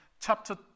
chapter